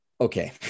Okay